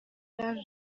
yaje